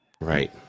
Right